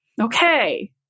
Okay